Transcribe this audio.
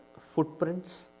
Footprints